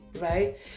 right